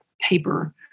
paper